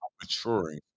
maturing